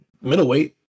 middleweight